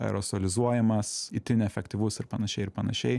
aerosolizuojamas itin efektyvus ir panašiai ir panašiai